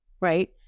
right